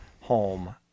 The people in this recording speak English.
home